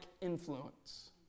influence